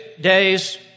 days